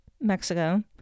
Mexico